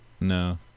No